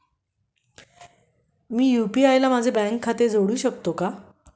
मी UPI वर माझे bank खाते जोडू शकतो का?